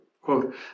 quote